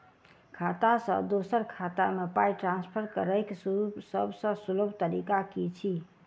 खाता सँ दोसर खाता मे पाई ट्रान्सफर करैक सभसँ सुलभ तरीका की छी?